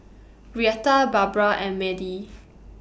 Reatha Barbra and Madie